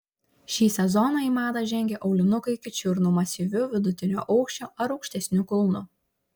šį sezoną į madą žengė aulinukai iki čiurnų masyviu vidutinio aukščio ar aukštesniu kulnu